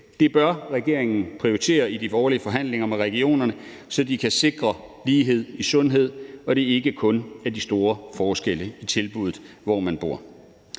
Det bør regeringen prioritere i forhandlingerne i våret med regionerne, så de kan sikre lighed i sundhed, og så der ikke er de store forskelle i tilbuddet, hvor man bor.